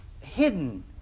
hidden